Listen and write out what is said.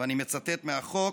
ואני מצטט מהחוק: